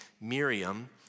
Miriam